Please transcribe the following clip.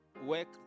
work